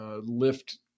lift